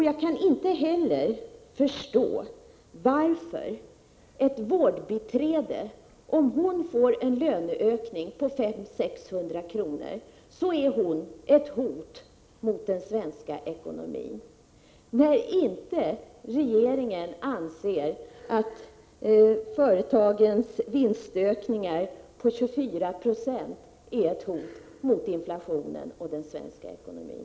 Jag kaninte heller förstå varför ett vårdbiträde som får en löneökning på 500-600 kr. skulle vara ett hot mot den svenska ekonomin, när regeringen inte anser att företagens vinstökningar på 24 96 är ett hot mot inflationen och den svenska ekonomin.